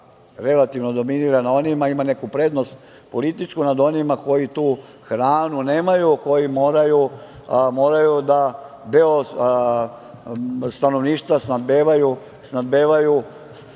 relativno dominira, ima neku prednost političku nad onima koji tu hranu nemaju, koji moraju da deo stanovništva snabdevaju sa